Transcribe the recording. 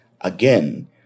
again